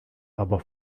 aber